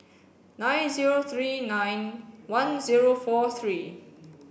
nine zero three nine one zero four three